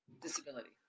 disability